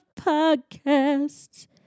podcasts